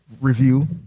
review